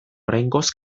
oraingoz